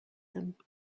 them